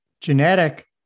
genetic